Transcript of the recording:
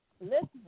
listen